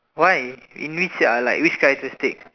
why in which uh like which characteristic